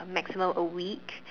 maximum a week